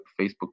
facebook